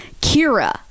Kira